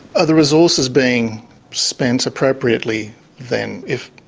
are the resources being spent appropriately then if,